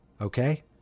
okay